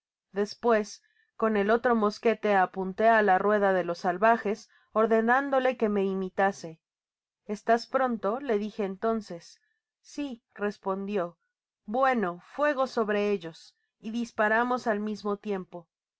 despues con el otro mosquete apunté á la rueda de los salvajes ordenándole que me imitase a estás pronto le dije'entonces si respondio bueno fuego sobre ellos y disparamos al mismo tiempo